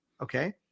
Okay